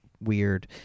weird